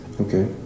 Okay